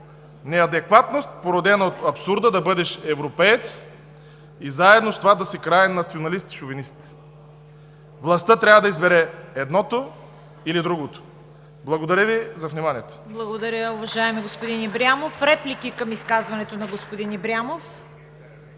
Неадекватност, породена от абсурда да бъдеш европеец и заедно с това да си краен националист и шовинист. Властта трябва да избере едното или другото. Благодаря Ви за вниманието.